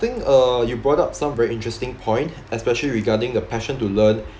think uh you brought up some very interesting point especially regarding the passion to learn